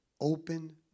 Open